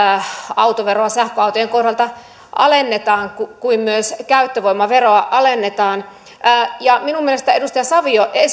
autoveroa sähköautojen kohdalta alennetaan kuin myös käyttövoimaveroa alennetaan minun mielestäni edustaja savio